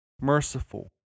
merciful